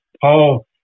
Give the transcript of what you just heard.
Paul